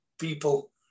people